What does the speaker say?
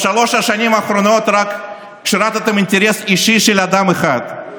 בשלוש השנים האחרונות רק שירתם אינטרס אישי של אדם אחד.